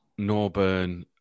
Norburn